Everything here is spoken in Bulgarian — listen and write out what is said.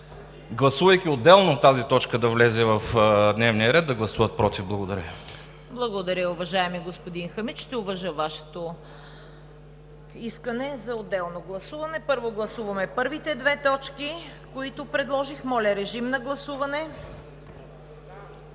гласувайки отделно тази точка да влезе в дневния ред, да гласуват „против“. Благодаря. ПРЕДСЕДАТЕЛ ЦВЕТА КАРАЯНЧЕВА: Благодаря, уважаеми господин Хамид. Ще уважа Вашето искане за отделно гласуване. Първо гласуваме първите две точки, които предложих. Моля, режим на гласуване.